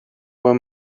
were